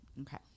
Okay